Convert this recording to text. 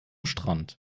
strand